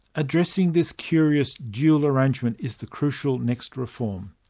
addressing this curious dual arrangement is the crucial next reform.